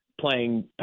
playing